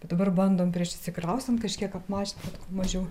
tai dabar bandom prieš išsikraustant kažkiek apmažint mažiau